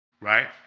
Right